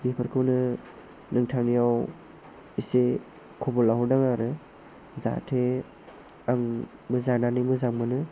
बेफोरखौनो नोंथांनियाव एसे ख'बर लाहरदों आरो जाहाथे आंबो जानानै मोजां मोनो